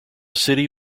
city